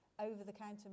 over-the-counter